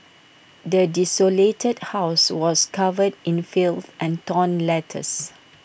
the desolated house was covered in filth and torn letters